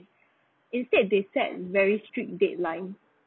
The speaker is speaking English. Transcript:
instead they set very strict dateline